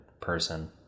person